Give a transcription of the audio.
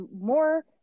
more